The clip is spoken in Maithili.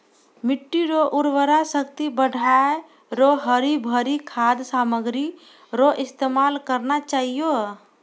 मिट्टी रो उर्वरा शक्ति बढ़ाएं रो हरी भरी खाद सामग्री रो इस्तेमाल करना चाहियो